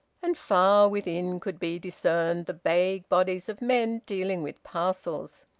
and far within could be discerned the vague bodies of men dealing with parcels.